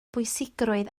bwysigrwydd